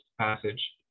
passage